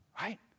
Right